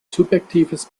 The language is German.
subjektives